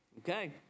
Okay